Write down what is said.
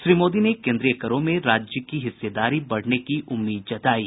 श्री मोदी ने केन्द्रीय करों में राज्य की हिस्सेदारी बढ़ने की उम्मीद जतायी